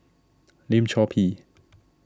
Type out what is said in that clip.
Lim Chor Pee